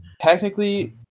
technically